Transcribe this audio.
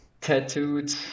tattooed